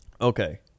Okay